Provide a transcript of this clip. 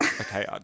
Okay